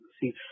see